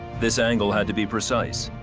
this angle had to be precise.